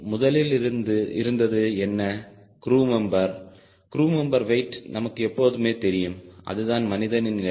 முதலில் இருந்தது என்ன crew member crew member weight நமக்கு எப்போதுமே தெரியும் அதுதான் மனிதனின் எடை